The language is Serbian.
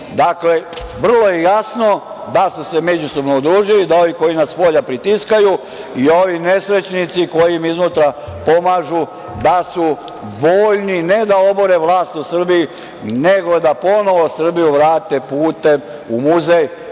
lekovit. Vrlo je jasno da su se međusobno udružili, da ovi koji nas spolja pritiskaju i ovi nesrećnici koji im iznutra pomažu, da su voljni, ne da obore vlast u Srbiji, nego da ponovo Srbiju vrate putem u muzej